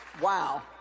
wow